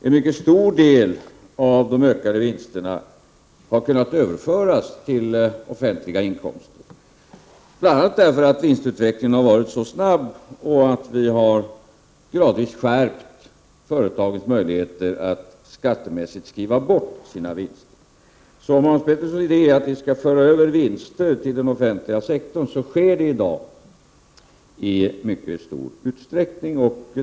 En mycket stor del av de ökade vinsterna har kunnat överföras till offentliga inkomster bl.a. därför att vinstutvecklingen har varit så snabb och därför att vi gradvis skärpt möjligheterna för företagen att skattemässigt skriva bort sina vinster. Så Hans Peterssons idé att vi skall föra över vinster till den offentliga sektorn är i dag ett faktum i mycket stor utsträckning.